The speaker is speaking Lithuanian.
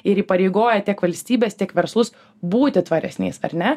ir įpareigoja tiek valstybes tiek verslus būti tvaresniais ar ne